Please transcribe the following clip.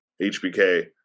HBK